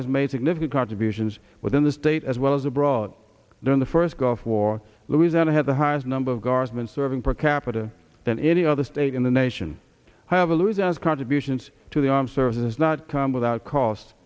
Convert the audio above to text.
has made significant contributions within the state as well as abroad during the first gulf war louisiana has the highest number of guardsmen serving per capita than any other state in the nation have a lose as contributions to the armed services has not come without c